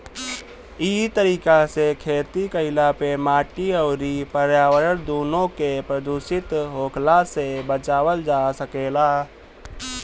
इ तरीका से खेती कईला पे माटी अउरी पर्यावरण दूनो के प्रदूषित होखला से बचावल जा सकेला